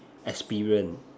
experience